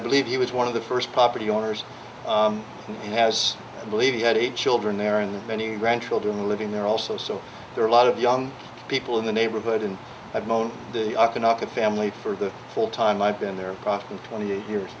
i believe he was one of the first property owners has believed he had eight children there and many grandchildren living there also so there are a lot of young people in the neighborhood and i've known the family for the whole time i've been there twenty eight years